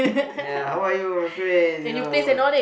ya how are you my friend